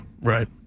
Right